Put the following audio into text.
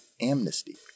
amnesty